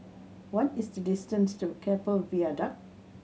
what is the distance to Keppel Viaduct